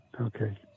okay